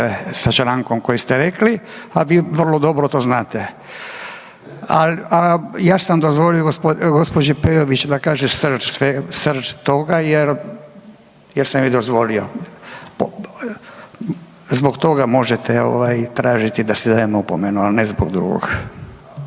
sa člankom koji ste rekli, a vi vrlo dobro to znate. Ja sam dozvolio gospođi Peović da kaže srž toga jer, jer sam joj dozvolio. Zbog toga možete ovaj tražiti da si dajem opomenu ali ne zbog drugog,